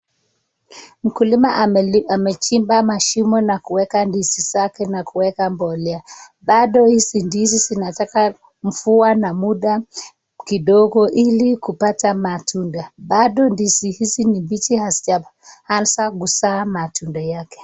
Mkulima amechimba mashimo na kuweka ndizi zake na kuweka mbolea. Bado hizi ndizi zinataka mvua na muda kidogo ili kupata matunda. Bado ndizi hizi ni mbichi, hazijaanza kuzaa matunda yake.